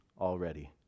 already